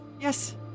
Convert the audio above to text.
yes